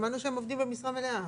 שמענו שהם עובדים משרה מלאה.